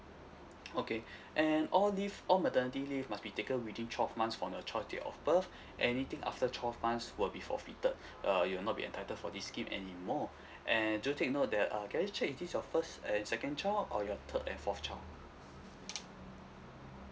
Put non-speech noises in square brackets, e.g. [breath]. [noise] okay [breath] and all leave all maternity leave must be taken within twelve months from your child's date of birth [breath] anything after twelve months will be forfeited [breath] uh you will not be entitled for this scheme any more [breath] and do take note that err can I just check is this your first and second child or your third and fourth child